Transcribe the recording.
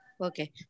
Okay